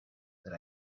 that